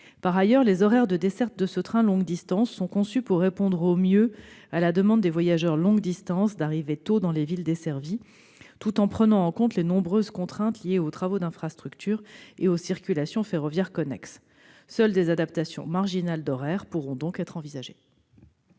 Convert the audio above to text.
Par ailleurs, les horaires de desserte de ce train longue distance sont conçus pour répondre au mieux à la demande des voyageurs longue distance d'arriver tôt dans les villes desservies, tout en prenant en compte les nombreuses contraintes liées aux travaux d'infrastructures et aux circulations ferroviaires connexes. Seules des adaptations marginales d'horaires pourraient donc être envisagées.